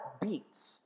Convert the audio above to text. beats